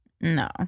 No